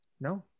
No